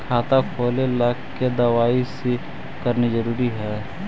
खाता खोले ला के दवाई सी करना जरूरी है?